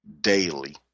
Daily